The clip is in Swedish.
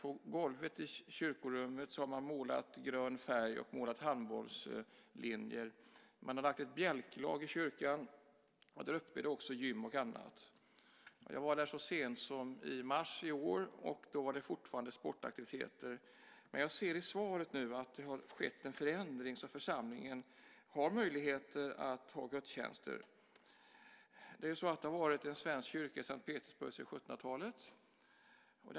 På golvet i kyrkorummet har man målat grön färg och handbollslinjer. Man har lagt ett bjälklag i kyrkan, och däruppe är det också gym och annat. Jag var där så sent som i mars i år, och då var det fortfarande sportaktiviteter. Jag ser dock i svaret att det nu har skett en förändring så att församlingen har möjligheter att ha gudstjänster. Det har funnits en svensk kyrka i S:t Petersburg sedan 1700-talet.